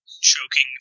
choking